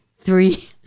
three